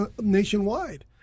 nationwide